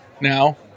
Now